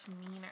meaner